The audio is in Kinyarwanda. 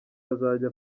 azajya